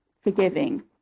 forgiving